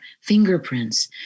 fingerprints